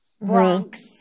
Bronx